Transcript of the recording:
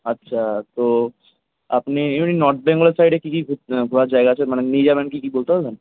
আচ্ছা তো আপনি এমনি নর্থ বেঙ্গল সাইডে কি কি ঘুর ঘোরার জায়গা আছে মানে নিয়ে যাবেন কি কি বলতে পারবেন